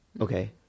Okay